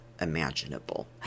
imaginable